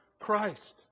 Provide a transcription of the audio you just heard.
Christ